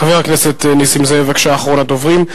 חבר הכנסת נסים זאב, בבקשה, אחרון הדוברים.